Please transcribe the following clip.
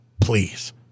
Please